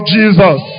Jesus